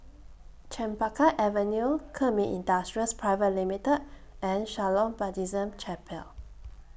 Chempaka Avenue Kemin Industries Private Limited and Shalom Baptist Chapel